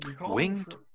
Winged